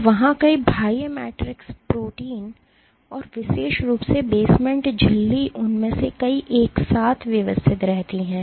तो वहाँ कई बाह्य मैट्रिक्स प्रोटीन और विशेष रूप से बेसमेंट झिल्ली उनमें से कई एक साथ व्यवस्थित रहती है